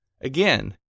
again